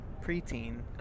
preteen